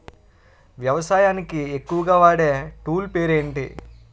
వ్యవసాయానికి ఎక్కువుగా వాడే టూల్ పేరు ఏంటి?